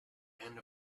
end